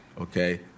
Okay